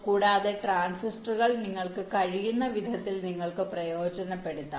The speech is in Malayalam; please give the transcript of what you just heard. കൂടാതെ ട്രാൻസിസ്റ്ററുകൾ നിങ്ങൾക്ക് കഴിയുന്ന വിധത്തിൽ നിങ്ങൾക്ക് പ്രയോജനപ്പെടുത്താം